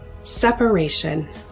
separation